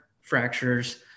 fractures